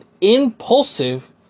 impulsive